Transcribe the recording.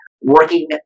working